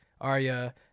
Arya